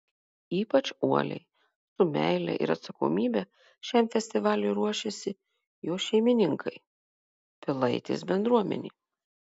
ypač uoliai su meile ir atsakomybe šiam festivaliui ruošiasi jo šeimininkai pilaitės bendruomenė